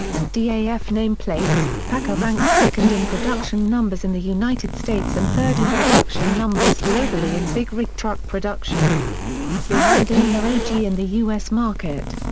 and daf nameplates, paccar ranks second in production numbers in the united states and third in production numbers globally in big rig truck production behind daimler ag in the us market.